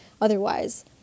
otherwise